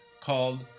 called